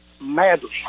madly